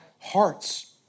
hearts